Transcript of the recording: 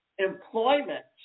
employment